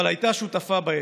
הייתה שותפה בעסק.